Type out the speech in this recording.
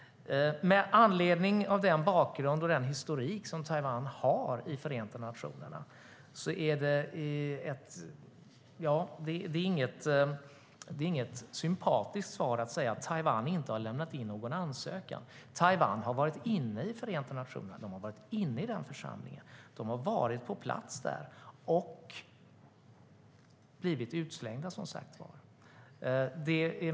Med anledning av den bakgrund och historik Taiwan har i Förenta nationerna är det inget sympatiskt svar att säga att Taiwan inte har lämnat in någon ansökan. Taiwan har varit inne i Förenta nationerna. De har varit inne i den församlingen, på plats, och som sagt blivit utslängda.